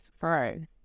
right